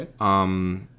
Okay